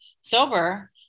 sober